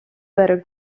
better